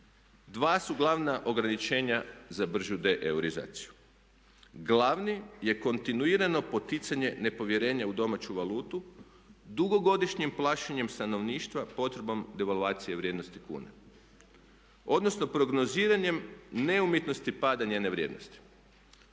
Dva su glavna ograničenja za bržu deuroizaciju. Glavni je kontinuirano poticanje nepovjerenja u domaću valutu, dugogodišnjim plašenjem stanovništva, potrebom devaluacije u vrijednosti kuna. Odnosno prognoziranjem neumjetnosti padanja na vrijednosti.